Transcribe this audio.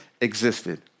existed